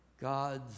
God's